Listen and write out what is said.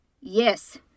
Yes